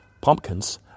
pumpkins